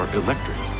electric